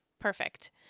perfect